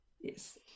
yes